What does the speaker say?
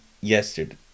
yesterday